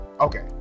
okay